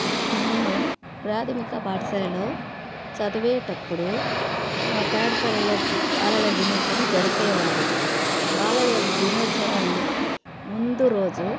నేను ప్రాథమిక పాఠశాలలో చదివేటప్పుడు మా పాఠశాలలో బాలల దినోత్సవం జరిపేవారు బాలల దినోత్సవాన్ని ముందు రోజు